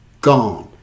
gone